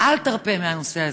אל תרפה מהנושא הזה.